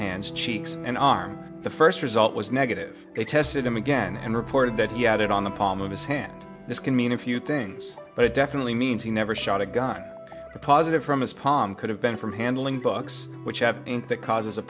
hands cheeks and arm the first result was negative they tested him again and reported that he had it on the palm of his hand this can mean a few things but it definitely means he never shot a gun or positive from his palm could have been from handling books which have that causes a